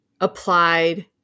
applied